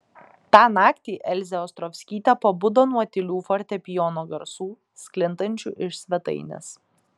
tą naktį elzė ostrovskytė pabudo nuo tylių fortepijono garsų sklindančių iš svetainės